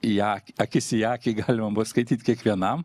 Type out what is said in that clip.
į akį akis į akį galima buvo skaityt kiekvienam